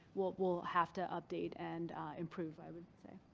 we'll we'll have to update and improve i would say.